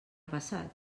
passat